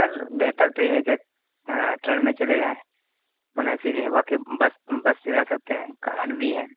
سر بہتر تو یہ ہے کہ ٹرین میں چلے جائیں مناسب یہ ہے باقی بس بس سے جا سکتے ہیں کار بھی ہیں